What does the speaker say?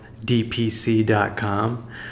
dpc.com